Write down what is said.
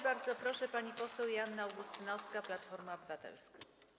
Bardzo proszę, pani poseł Joanna Augustynowska, Platforma Obywatelska.